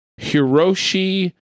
Hiroshi